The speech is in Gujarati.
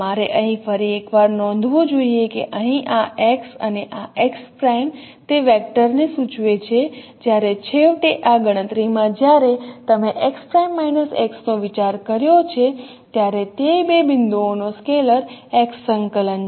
તમારે અહીં ફરી એકવાર નોંધવું જોઈએ કે અહીં આ x અને આ x' તે વેક્ટર ને સૂચવે છે જ્યારે છેવટે આ ગણતરી માં જ્યારે તમે x' x નો વિચાર કર્યો છે ત્યારે તે બે બિંદુઓનો સ્કેલર x સંકલન છે